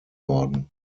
worden